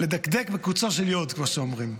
לדקדק בקוצו של יו"ד, כמו שאומרים.